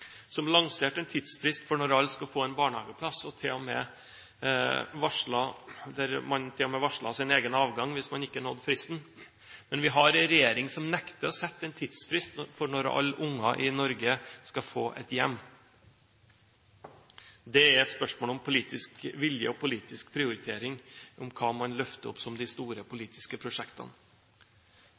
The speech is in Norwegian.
som lanserte en tidsfrist for når alle skulle få en barnehageplass, og der man til og med varslet sin egen avgang hvis man ikke nådde fristen. Vi har en regjering som nekter å sette en tidsfrist for når alle unger i Norge skal få et hjem. Det er et spørsmål om politisk vilje og politisk prioritering, om hva man løfter opp som de store politiske prosjektene.